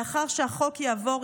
לאחר שהחוק יעבור,